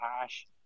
hash